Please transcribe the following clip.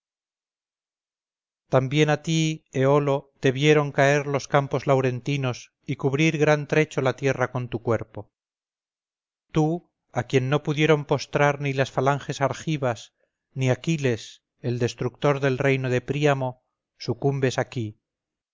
también a tí eolo te vieron caer los campos laurentinos y cubrir gran trecho la tierra con tu cuerpo tú a quien no pudieron postrar ni las falanges argivas ni aquiles el destructor del reino de príamo sucumbes aquí